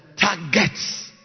targets